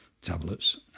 tablets